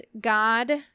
God